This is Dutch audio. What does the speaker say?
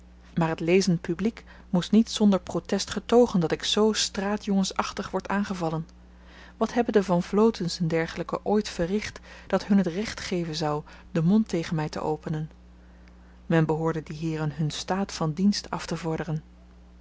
maar t lezend publiek moest niet zonder protest gedoogen dat ik zoo straatjongensachtig wordt aangevallen wat hebben de van vlotens e d ooit verricht dat hun t recht geven zou de mond tegen my te openen men behoorde die heeren hun staat van dienst aftevorderen